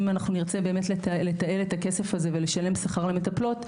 אם אנחנו נרצה באמת לתעל את הכסף הזה ולשלם שכר למטפלות,